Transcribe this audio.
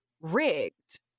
rigged